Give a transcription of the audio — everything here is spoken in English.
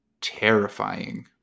terrifying